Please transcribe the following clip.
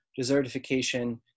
desertification